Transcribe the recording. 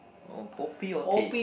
or kopi or teh